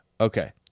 Okay